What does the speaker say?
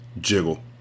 jiggle